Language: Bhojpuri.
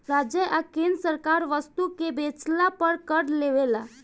राज्य आ केंद्र सरकार वस्तु के बेचला पर कर लेवेला